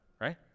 right